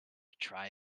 try